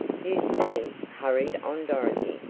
you see, hurried on dorothy,